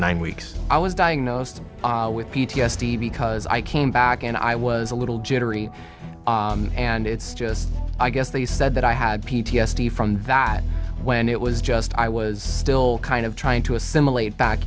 nine weeks i was diagnosed with p t s d because i came back and i was a little jittery and it's just i guess they said that i had p t s d from that when it was just i was still kind of trying to assimilate back